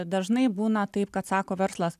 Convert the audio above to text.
dažnai būna taip kad sako verslas